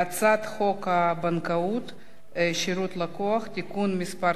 הצעת חוק הבנקאות (שירות ללקוח) (תיקון מס'